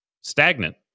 stagnant